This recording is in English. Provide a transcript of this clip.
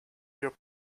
your